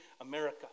America